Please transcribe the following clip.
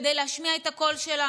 כדי להשמיע את הקול שלנו.